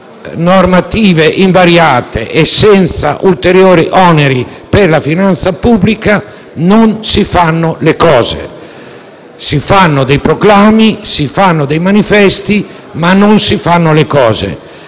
normative invariate e senza ulteriori oneri per la finanza pubblica, si fanno dei proclami, si fanno dei manifesti, ma non si fanno le cose.